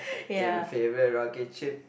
in my favourite rocket ship